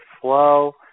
flow